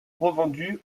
revendu